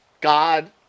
God